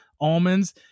almonds